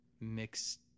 mixed